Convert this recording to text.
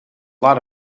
lot